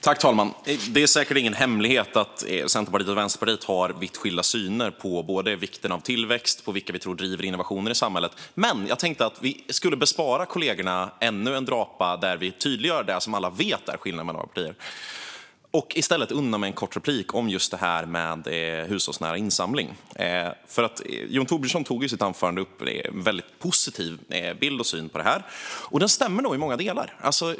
Fru talman! Det är säkert ingen hemlighet att Centerpartiet och Vänsterpartiet har vitt skilda synsätt både på vikten av tillväxt och på vilka som vi tror driver innovationer i samhället, men jag tänkte att jag skulle bespara kollegorna ännu en drapa där vi tydliggör det som alla vet är skillnaden mellan våra partier och i stället unna mig en kort replik om just hushållsnära insamling. Jon Thorbjörnson tog i sitt anförande upp en väldigt positiv bild och syn på det här, och den bilden stämmer nog i många delar.